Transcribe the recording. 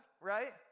right